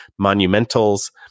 Monumentals